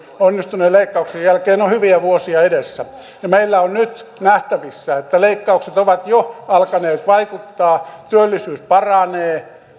onnistuneen leikkauksen jälkeen on hyviä vuosia edessä ja meillä on nyt nähtävissä että leik kaukset ovat jo alkaneet vaikuttaa työllisyys paranee